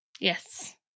Yes